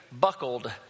buckled